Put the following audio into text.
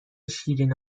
شیرین